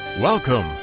Welcome